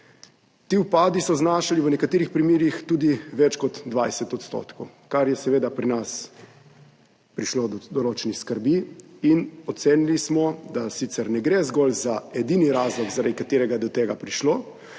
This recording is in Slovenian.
Ti upadi so znašali v nekaterih primerih tudi več kot 20 %, zaradi česar je seveda pri nas prišlo do določenih skrbi in ocenili smo, da sicer ne gre zgolj za edini razlog, zaradi katerega je do tega prišlo,